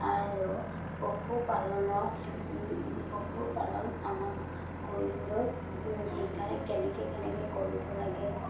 আৰু পশুপালনৰ পশুপালন আমাক কৰিবলৈ শিকাই কেনেকৈ কেনেকৈ কৰিব লাগে